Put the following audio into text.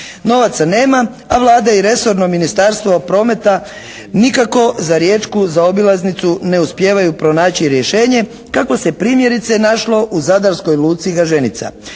Novaca nema, a Vlada i resorno ministarstvo prometa nikako za riječku zaobilaznicu ne uspijevaju pronaći rješenje kako se primjerice našlo u zadarskoj luci Gaženica.